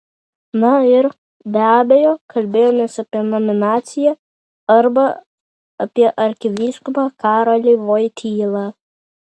na ir be abejo kalbėjomės apie nominaciją arba apie arkivyskupą karolį voitylą